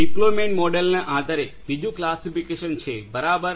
deployment મોડેલના આધારે બીજું વર્ગીકરણ છે બરાબર